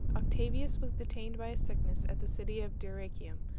octavius was detained by sickness at the city of dyrrachium,